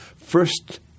first